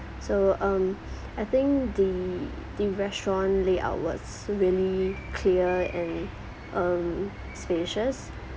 so um I think the the restaurant layout was really clear and um spacious